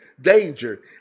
danger